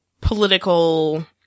political